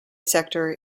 sector